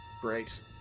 Great